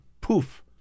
poof